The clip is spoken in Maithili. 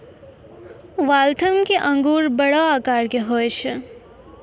वाल्थम के अंगूर बड़ो आकार के हुवै छै